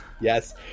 Yes